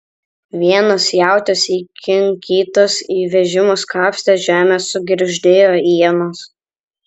vienas jautis įkinkytas į vežimus kapstė žemę sugirgždėjo ienos